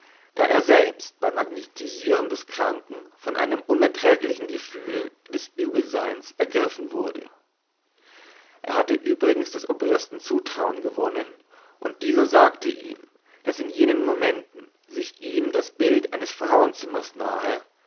da er selbst beim magnetisieren des kranken von einem unerträglichen gefühl des übelseins ergriffen wurde er hatte übrigens des obristen zutrauen gewonnen und dieser sagte ihm daß in jenen momenten sich ihm das bild eines frauenzimmers nahe